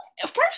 First